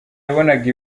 yabonaga